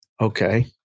okay